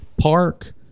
Park